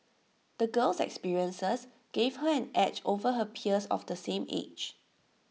the girl's experiences gave her an edge over her peers of the same age